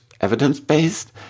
evidence-based